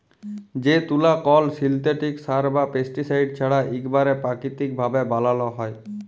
যে তুলা কল সিল্থেটিক সার বা পেস্টিসাইড ছাড়া ইকবারে পাকিতিক ভাবে বালাল হ্যয়